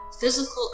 physical